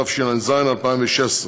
התשע"ז 2016,